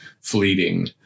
fleeting